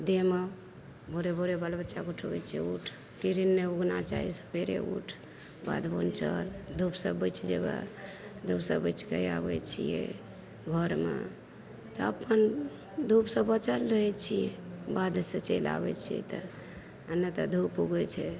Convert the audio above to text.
देहमे भोरे भोरे बाल बच्चाके उठबै छियै उठ किरिन नहि उठना चाही सबेरे उठ बाध बन चल धूप से बचि जेबय धूप से बचिके आबै छियै घरमे तऽ अपन धूप से बचल रहैत छियै बाध से चलि आबै छियै तऽ आ नहि तऽ धूप उगैत छै